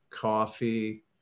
Coffee